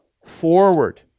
Forward